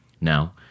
Now